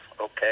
okay